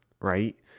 right